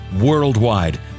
worldwide